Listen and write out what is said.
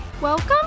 Welcome